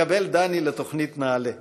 התקבל דני לתוכנית נעל"ה.